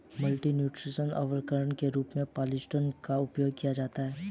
multi nutrient उर्वरक के रूप में पॉलिफॉस्फेट का उपयोग किया जाता है